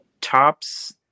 tops